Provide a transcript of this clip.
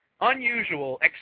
unusual